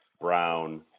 Brown